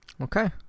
Okay